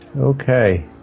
Okay